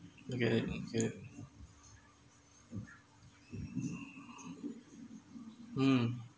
I get it I get it mm